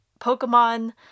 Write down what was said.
Pokemon